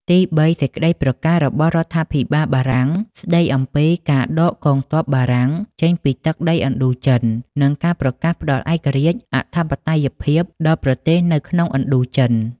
ទីបី សេចក្តីប្រកាសរបស់រដ្ឋាភិបាលបារាំង ស្តីអំពីការដកកងទ័ពបារាំងចេញពីទឹកដីឥណ្ឌូចិន និងការប្រកាសផ្តល់ឯករាជ្យ អធិបតេយ្យភាពដល់ប្រទេសនៅក្នុងឥណ្ឌូ ចិន។